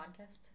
podcast